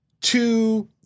two